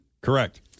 Correct